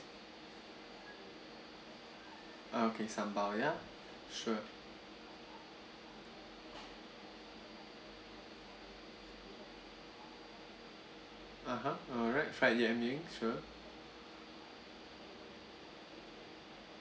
ah okay sambal ya sure (uh huh) alright fried yam ring sure